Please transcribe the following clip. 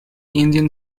indian